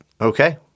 Okay